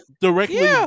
directly